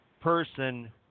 person